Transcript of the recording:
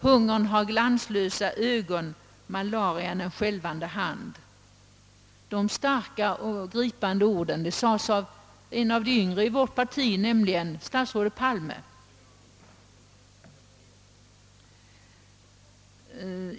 ——— Hungern har glanslösa ögon och malarian en skälvande hand.» Dessa gripande ord uttalades av en av de yngre i vårt parti, nämligen statsrådet Palme.